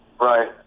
Right